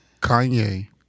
Kanye